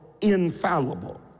infallible